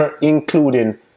including